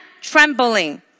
trembling